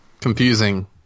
Confusing